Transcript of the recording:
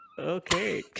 Okay